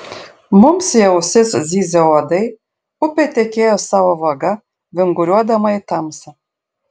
mums į ausis zyzė uodai upė tekėjo savo vaga vinguriuodama į tamsą